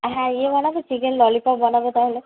হ্যাঁ ইয়ে বানাবে চিকেন ললিপপ বানাবে তাহলে